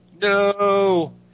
No